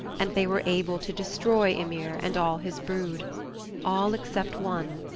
and they were able to destroy ymir and all his brood all except one.